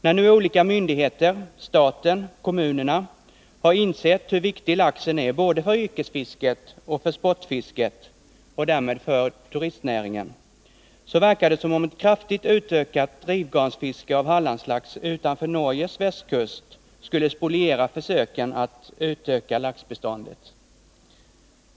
När nu olika myndigheter, staten och kommunerna har insett hur viktig laxen är både för yrkesfisket och för sportfisket — och därmed för turistnäringen — verkar det som om ett kraftigt utökat drivgarnsfiske av Hallandslax utanför Norges västkust skulle spoliera försöken att utöka laxbeståndet.